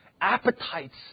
appetites